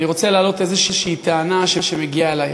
אני רוצה להעלות איזושהי טענה שמגיעה אלי,